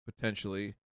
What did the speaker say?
potentially